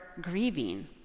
grieving